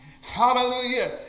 Hallelujah